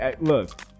Look